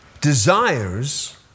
Desires